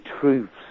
truths